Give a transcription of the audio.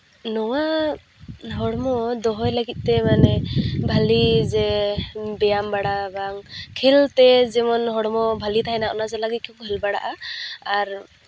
ᱱᱚᱣᱟ ᱦᱚᱲᱢᱚ ᱫᱚᱦᱚᱭ ᱞᱟᱹᱜᱤᱫ ᱛᱮ ᱢᱟᱱᱮ ᱵᱷᱟᱞᱮ ᱡᱮ ᱵᱮᱭᱟᱢ ᱵᱟᱲᱟ ᱵᱟᱝ ᱠᱷᱮᱞ ᱛᱮ ᱡᱮᱢᱚᱱ ᱦᱚᱲᱢᱚ ᱵᱷᱟᱞᱮ ᱛᱟᱦᱮᱱᱟ ᱚᱱᱟᱠᱚᱜᱮ ᱦᱩᱭ ᱵᱟᱲᱟᱜᱼᱟ ᱟᱨ